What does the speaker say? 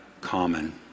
common